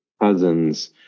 cousins